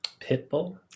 pitbull